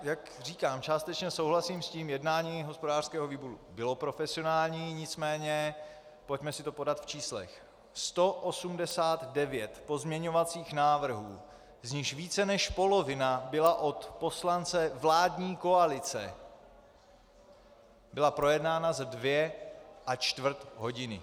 Jak říkám, částečně souhlasím s tím jednání hospodářského výboru bylo profesionální, nicméně pojďme si to podat v číslech: 189 pozměňovacích návrhů, z nichž více než polovina byla od poslance vládní koalice, bylo projednáno za dvě a čtvrt hodiny.